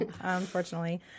unfortunately